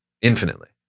infinitely